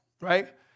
right